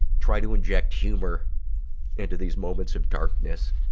try to inject humor into these moments of darkness.